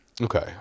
Okay